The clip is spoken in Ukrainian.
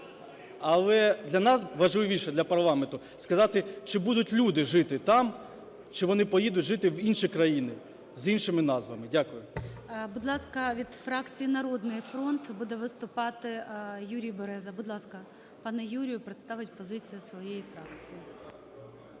але для нас важливіше, для парламенту, сказати чи будуть люди жити там, чи вони поїдуть жити в інші країни з іншими назвами. Дякую. ГОЛОВУЮЧИЙ. Будь ласка, від фракції "Народний фронт" буде виступати Юрій Береза. Будь ласка. Пані Юрій представить позицію своєї фракції.